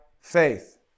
faith